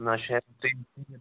نہ حظ